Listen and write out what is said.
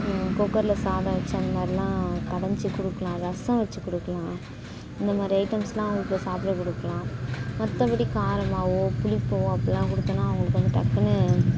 குக்கர்ல சாதம் வச்சு அந்த மாதிரிலான் கடஞ்சி கொடுக்கலாம் ரசம் வச்சு கொடுக்கலாம் இந்தமாதிரி ஐட்டம்ஸ்லாம் இப்போ சாப்பிட கொடுக்கலாம் மற்றபடி காரமாகவோ புளிப்பவோ அப்படிலாம் கொடுத்தோம்னா அவங்களுக்கு வந்து டக்குன்னு